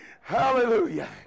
Hallelujah